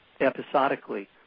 episodically